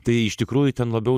tai iš tikrųjų ten labiau